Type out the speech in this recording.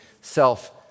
self